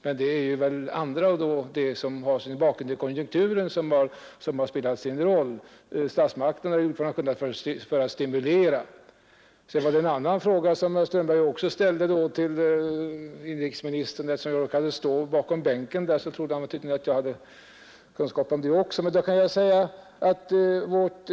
Men andra saker som har sin bakgrund i konjunkturen har väl spelat sin roll. Statsmakterna har gjort vad de kunnat för att stimulera. Herr Strömberg ställde också en annan fråga till inrikesministern. Men eftersom jag råkade stå bakom bänken, trodde herr Strömberg tydligen att jag hade kunskaper också om denna sak.